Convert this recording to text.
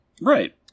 Right